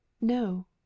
No